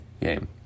game